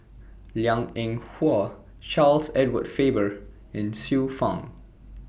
Liang Eng Hwa Charles Edward Faber and Xiu Fang